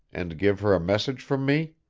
and give her a message from me?